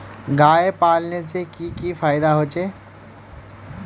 गाय पालने से की की फायदा होचे?